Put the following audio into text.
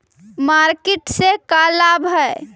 Market से का लाभ है?